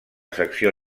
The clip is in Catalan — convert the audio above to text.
secció